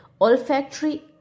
olfactory